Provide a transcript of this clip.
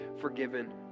forgiven